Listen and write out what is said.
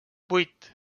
vuit